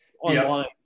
online